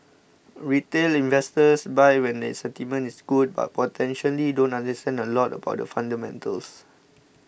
retail investors buy when the sentiment is good but potentially don't understand a lot about the fundamentals